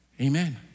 Amen